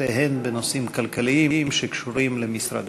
שתיהן בנושאים כלכליים שקשורים למשרד